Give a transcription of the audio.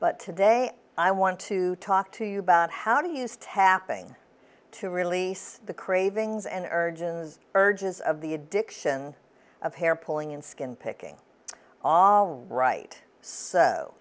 but today i want to talk to you about how to use tapping to release the cravings and urges urges of the addiction of hair pulling in skin picking all right so